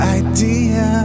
idea